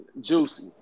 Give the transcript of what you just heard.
Juicy